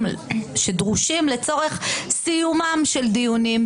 שדרושים לצורך סיומם של דיונים,